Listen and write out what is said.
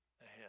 ahead